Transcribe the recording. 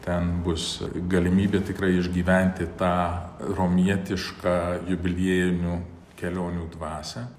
ten bus galimybė tikrai išgyventi tą romietišką jubiliejinių kelionių dvasią